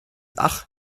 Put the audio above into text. ach